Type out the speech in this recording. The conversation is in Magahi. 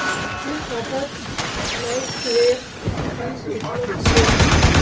फ्लिपकार्टत नाइजरेर बीज उपलब्ध छेक